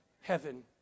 heaven